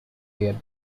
head